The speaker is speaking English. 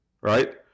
right